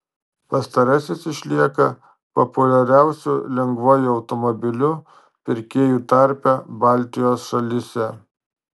pastarasis išlieka populiariausiu lengvuoju automobiliu pirkėjų tarpe baltijos šalyse